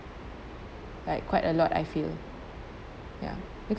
like quite a lot I feel ya